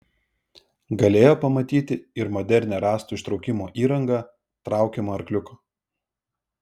galėjo pamatyti ir modernią rąstų ištraukimo įrangą traukiamą arkliuko